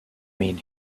mean